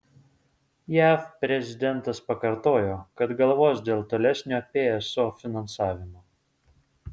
jav prezidentas pakartojo kad galvos dėl tolesnio pso finansavimo